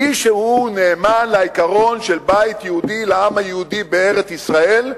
מי שהוא נאמן לעיקרון של בית יהודי לעם היהודי בארץ-ישראל,